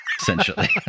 essentially